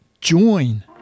Join